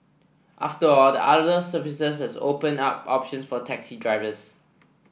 after all the other services also open up options for taxi drivers